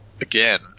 again